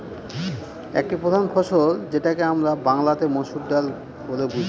একটি প্রধান ফসল যেটাকে আমরা বাংলাতে মসুর ডাল বলে বুঝি